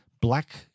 black